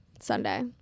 Sunday